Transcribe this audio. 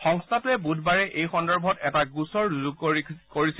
সংস্থাটোৱে বুধবাৰে এই সন্দৰ্ভত এটা গোচৰ ৰুজু কৰিছিল